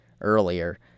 earlier